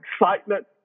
excitement